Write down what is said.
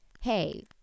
hey